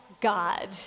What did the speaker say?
god